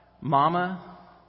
Mama